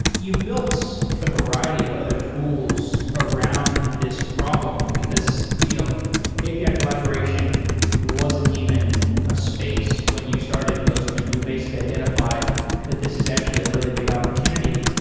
you've built a variety of other tools around this problem, because you know api yeah collaboration wasn't even a space when you started postman. you basically identified that this is actually a really big opportunity.